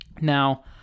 Now